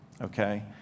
Okay